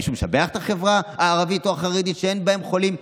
מישהו משבח את החברה הערבית או החרדית כשאין בהן חולים,